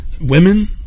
women